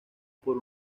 por